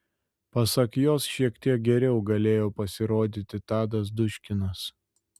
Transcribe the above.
pasak jos šiek tek geriau galėjo pasirodyti tadas duškinas